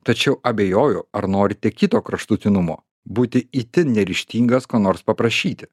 tačiau abejoju ar norite kito kraštutinumo būti itin neryžtingas ko nors paprašyti